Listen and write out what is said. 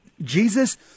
Jesus